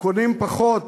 קונים פחות